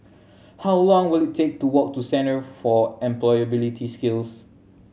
how long will it take to walk to Centre for Employability Skills